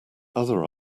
other